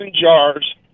jars